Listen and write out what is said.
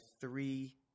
three